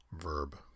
Verb